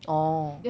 orh